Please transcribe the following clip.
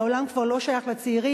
העולם כבר לא שייך לצעירים.